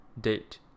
date